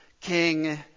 king